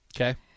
okay